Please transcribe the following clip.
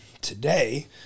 today